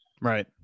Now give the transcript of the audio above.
right